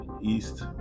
East